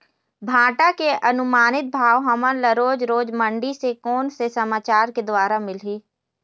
भांटा के अनुमानित भाव हमन ला रोज रोज मंडी से कोन से समाचार के द्वारा मिलही?